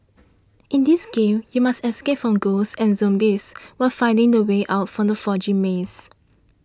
in this game you must escape from ghosts and zombies while finding the way out from the foggy maze